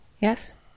Yes